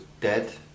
dead